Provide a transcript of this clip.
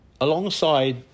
alongside